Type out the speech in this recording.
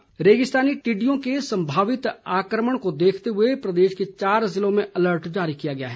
टिड्डी अर्लट रेगिस्तानी टिड्डियों के संभावित आक्रमण को देखते हुए प्रदेश के चार जिलों में अलर्ट जारी किया गया है